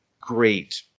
great